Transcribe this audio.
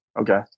okay